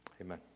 Amen